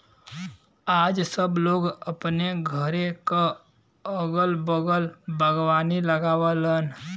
आज सब लोग अपने घरे क अगल बगल बागवानी लगावलन